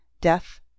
death